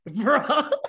bro